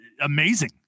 amazing